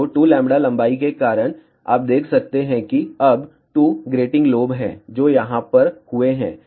तो 2λ लंबाई के कारण आप देख सकते हैं कि अब 2 ग्रेटिंग लोब हैं जो यहाँ पर हुए हैं